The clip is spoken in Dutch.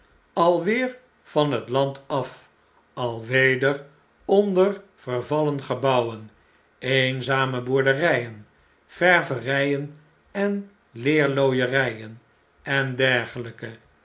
alweer van het land af alweder onder vervallen gebouwen eenzame boerderjjen ververgen en leerlooierjjen en dergelijke